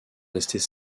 restées